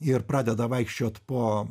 ir pradeda vaikščiot po